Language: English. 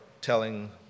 telling